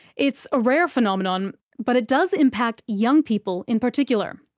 it's a rare phenomenon, but it does impact young people in particular.